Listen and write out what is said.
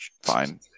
fine